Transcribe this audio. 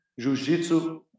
jujitsu